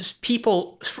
people